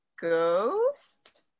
ghost